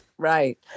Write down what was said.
Right